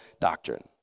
doctrine